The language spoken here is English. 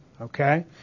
okay